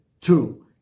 two